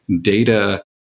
data